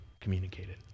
communicated